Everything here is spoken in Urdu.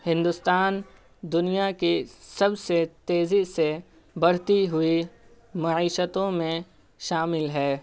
ہندوستان دنیا کے سب سے تیزی سے بڑھتی ہوئی معیشتوں میں شامل ہے